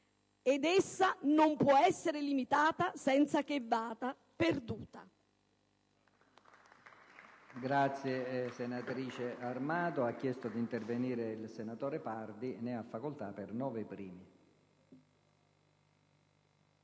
che essa non può essere limitata senza che vada perduta.